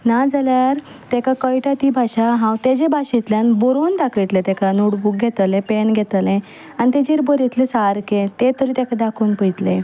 नाजाल्यार ताका कळयटा ती भाशा हांव ताज्या भाशेंतल्यान बरोवन दाखयतलें ताका नोटबूक घेतलें पेन घेतलें आनी ताजेर बरयतलें सारकें तें तरी ताका दाखोवन पयतलें